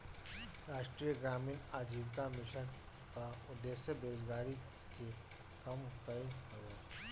राष्ट्रीय ग्रामीण आजीविका मिशन कअ उद्देश्य बेरोजारी के कम कईल हवे